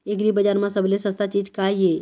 एग्रीबजार म सबले सस्ता चीज का ये?